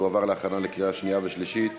ותועבר להכנה לקריאה שנייה ושלישית